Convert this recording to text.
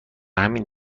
همین